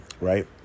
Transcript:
right